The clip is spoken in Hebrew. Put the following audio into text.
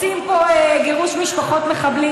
רוצים פה גירוש משפחות מחבלים,